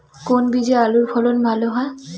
কোন বীজে আলুর ফলন ভালো হয়?